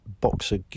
boxer